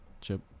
Chip